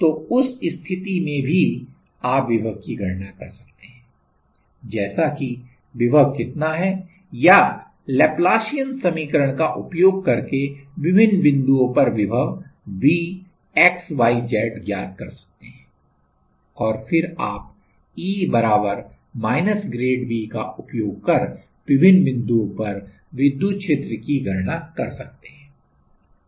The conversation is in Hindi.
तो उस स्थिति में भी आप विभव की गणना कर सकते हैं जैसे कि विभव कितना है या लैप्लासियन समीकरण का उपयोग करके विभिन्न बिंदुओं पर विभव Vxyz ज्ञात कर सकते हैं और फिर आप E बराबर ग्रेड V का उपयोग कर विभिन्न बिंदुओं पर विद्युत क्षेत्र की गणना कर सकते हैं